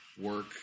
work